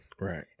Right